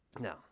no